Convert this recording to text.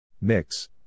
Mix